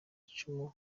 icumu